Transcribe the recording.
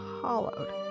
hollowed